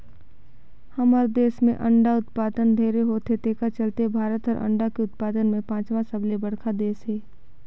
हमर देस में अंडा उत्पादन ढेरे होथे तेखर चलते भारत हर अंडा के उत्पादन में पांचवा सबले बड़खा देस हे